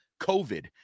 COVID